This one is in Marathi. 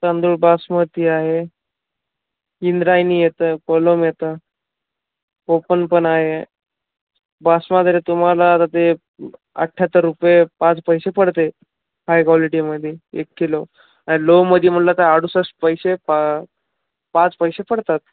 तांदूळ बासमती आहे इंद्रायणी येतं कोलम येतं कोपन पण आहे बासमादेरे तुम्हाला आता ते ब् अठ्ठ्याहत्तर रुपये पाच पैसे पडतं आहे हाय कॉलिटीमध्ये एक किलो आणि लोमध्ये म्हणलं तर अडुसष्ट पैसे पा पाच पैसे पडतात